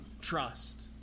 trust